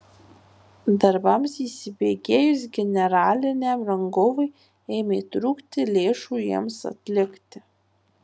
darbams įsibėgėjus generaliniam rangovui ėmė trūkti lėšų jiems atlikti